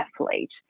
athlete